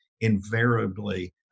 invariably